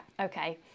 Okay